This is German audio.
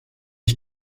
ich